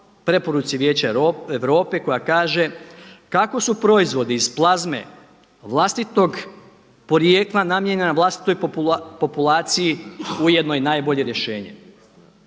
preporuci Vijeća Europe koja kaže kako su proizvodi iz plazme vlastitog porijekla namijenjena vlastitoj populaciji ujedno i najbolje rješenje.